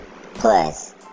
Plus